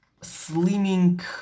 slimming